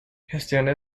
gestiona